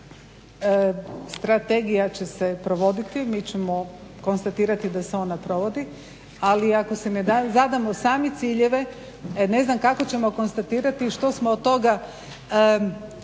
strategija će se provoditi, mi ćemo konstatirati da se ona provodi ali ako si ne zadamo sami ciljevi ne znam kako ćemo konstatirati što smo od toga